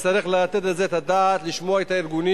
נצטרך לתת על זה את הדעת, לשמוע את הארגונים,